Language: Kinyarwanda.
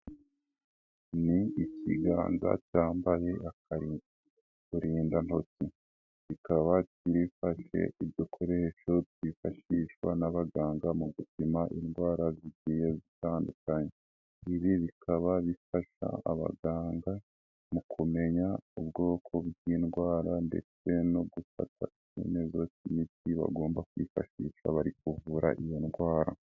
Ni ikiganza cyambaye uturindantoki. Kikaba gifashe udukoresho twifashishwa n'abaganga mu gupima indwara zigiye bitandukanye. Ibi bikaba bifasha abaganga mu kumenya ubwoko bw'indwara ndetse no gufata icyemezo cy'imiti bagomba kwifashisha bari kuvura iyo ndwara.